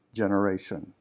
generation